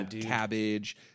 cabbage